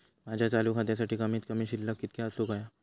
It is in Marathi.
माझ्या चालू खात्यासाठी कमित कमी शिल्लक कितक्या असूक होया?